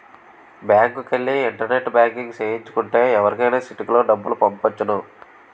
బ్యాంకుకెల్లి internet banking సేయించు కుంటే ఎవరికైనా సిటికలో డబ్బులు పంపొచ్చును